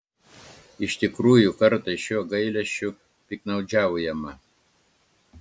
iš tikrųjų kartais šiuo gailesčiu piktnaudžiaujama